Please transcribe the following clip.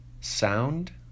sound